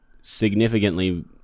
significantly